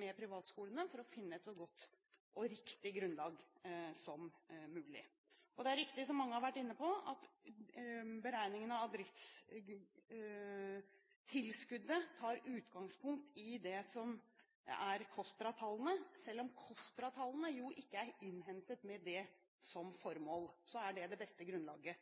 med privatskolene for å finne et så godt og riktig grunnlag som mulig. Det er riktig, som mange har vært inne på, at beregningene av driftstilskuddet tar utgangspunkt i KOSTRA-tallene. Selv om KOSTRA-tallene ikke er innhentet med det som formål, er det det beste grunnlaget